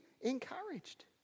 encouraged